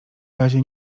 razie